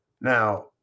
Now